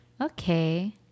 Okay